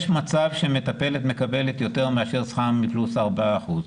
יש מצב שמטפלת מקבלת יותר שכר מינימום פלוס ארבעה אחוזים.